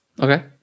Okay